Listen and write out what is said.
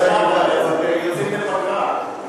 יוצאים לפגרה.